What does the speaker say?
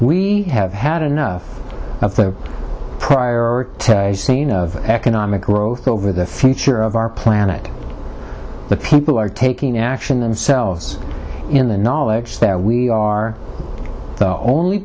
we have had enough of the prior scene of economic growth over the future of our planet the people are taking action themselves in the knowledge that we are the only